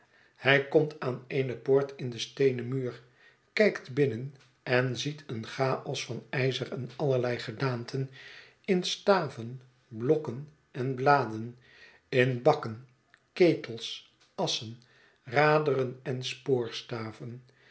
hij komt aan eene poort in den steenen muur kijkt binnen en ziet een chaos van ijzer in allerlei gedaanten in staven blokken en bladen in bakken ketels assen raderen en